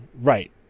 right